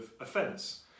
offence